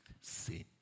sin